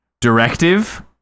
directive